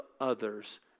others